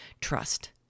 trust